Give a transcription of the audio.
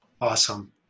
Awesome